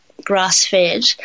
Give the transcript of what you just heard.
grass-fed